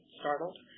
startled